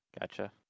Gotcha